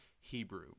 Hebrew